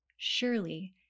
Surely